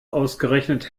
ausgerechnet